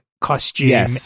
costume